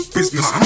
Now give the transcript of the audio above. business